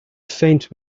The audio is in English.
faint